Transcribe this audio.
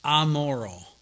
amoral